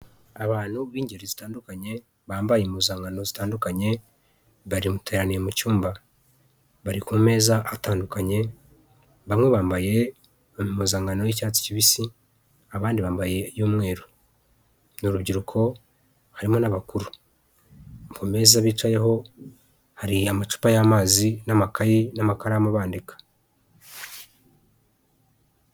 Abantu b'ingeri zitandukanye bambaye impuzankano zitandukanye bateraniye mu cyumba bari ku meza atandukanye bamwe bambaye impuzankano y'icyatsi kibisi abandi abambaye iy'umweru n'urubyiruko harimo n'abakuru kumeza bicayeho hari amacupa y'amazi n'amakayi n'amakaramu bandika.